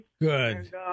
Good